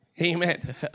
Amen